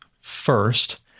First